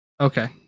Okay